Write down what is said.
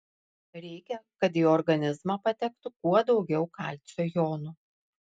reikia kad į organizmą patektų kuo daugiau kalcio jonų